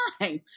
time